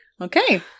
Okay